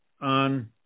on